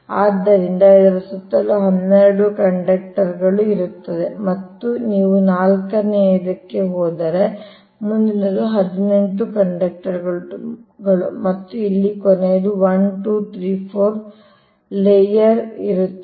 ಆದ್ದರಿಂದ ಇದರ ಸುತ್ತಲೂ ಹನ್ನೆರಡು ಕಂಡಕ್ಟರ್ ಇರುತ್ತದೆ ಮತ್ತು ನೀವು ನಾಲ್ಕನೆಯದಕ್ಕೆ ಹೋದರೆ ಮುಂದಿನದು 18 ಕಂಡಕ್ಟರ್ಗಳು ಮತ್ತು ಇಲ್ಲಿ ಕೊನೆಯದು 1 2 3 4 ಲೇಯರ್ ಇರುತ್ತದೆ